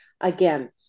again